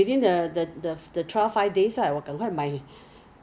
can help you buy also I don't know wait you have to compare the price